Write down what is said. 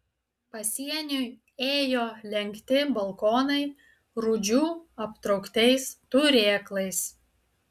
pasieniui ėjo lenkti balkonai rūdžių aptrauktais turėklais